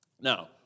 Now